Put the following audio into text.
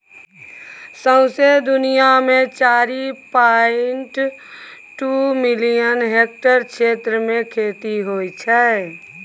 सौंसे दुनियाँ मे चारि पांइट दु मिलियन हेक्टेयर क्षेत्र मे खेती होइ छै